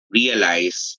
realize